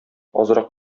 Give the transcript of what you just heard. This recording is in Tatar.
азрак